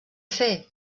fer